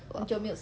!wah!